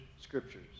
scriptures